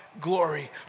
glory